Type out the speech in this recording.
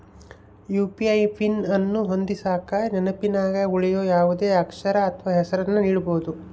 UPI PIN ಅನ್ನು ಹೊಂದಿಸಕ ನೆನಪಿನಗ ಉಳಿಯೋ ಯಾವುದೇ ಅಕ್ಷರ ಅಥ್ವ ಹೆಸರನ್ನ ನೀಡಬೋದು